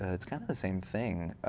ah it's kind of the same thing.